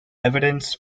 evidence